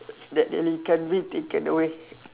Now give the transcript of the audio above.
that really can't be taken away